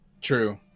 true